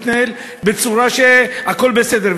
הכול מתנהל בצורה שהכול בסדר.